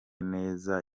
neza